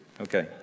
okay